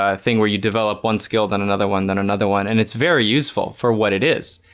ah thing where you develop one skill then another one then another one and it's very useful for what it is.